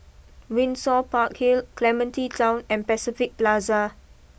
Windsor Park Hill Clementi Town and Pacific Plaza